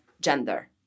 gender